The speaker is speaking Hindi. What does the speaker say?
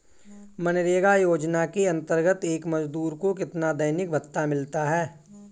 मनरेगा योजना के अंतर्गत एक मजदूर को कितना दैनिक भत्ता मिलता है?